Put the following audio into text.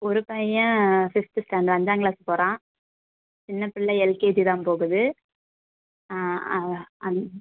ஒரு பையன் fifth standard அஞ்சாம் கிளாஸ் போகிறான் சின்ன பிள்ளை எல்கேஜி தான் போகுது ஆ அதுதான் அந்